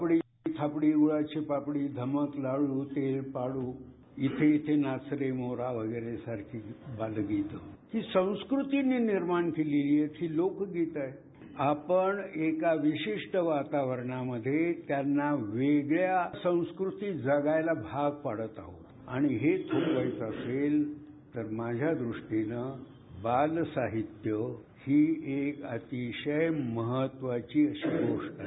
आपडी थापडी गुळाची पापडी धम्मक लाडू तेल पाडू इंथे इंथे नाच रे मोरा सारखी वेगवेगळी बालगीत हे संस्कृतींनी निर्माण केलेली आहेत ही लोक गीत आहेत आपण एका विशिष्ट वातावरणामध्ये त्यांना वेगळ्या संस्कृती जगायला भाग पाडत आहोत आणि हे जर थांबवायचं असेल तर माझा दुष्टीने बाल साहित्य ही एक अतिशय महत्त्वाची गोष्ट आहे